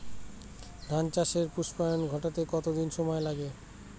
ধান চাষে পুস্পায়ন ঘটতে কতো দিন সময় লাগে?